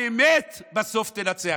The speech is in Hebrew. האמת בסוף תנצח.